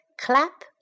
Clap